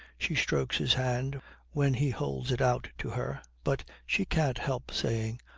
she strokes his hand when he holds it out to her, but she can't help saying,